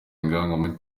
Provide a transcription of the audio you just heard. inyangamugayo